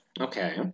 Okay